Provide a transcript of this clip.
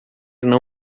não